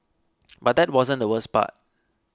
but that wasn't the worst part